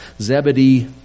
Zebedee